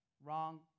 Wrong